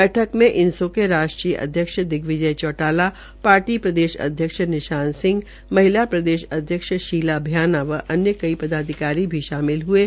बैठक में इनसो के राष्ट्रीय अध्यक्ष दिग्विजय चौटाला पार्टी प्रदेशाध्यक्ष निशान सिंह महिला प्रदेश शीला भ्याना व अन्य कई पदाधिकारी भी शामिल हये